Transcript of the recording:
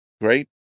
great